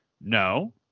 No